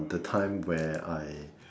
the time where I